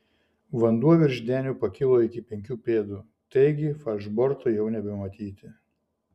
vanduo virš denio pakilo iki penkių pėdų taigi falšborto jau nebematyti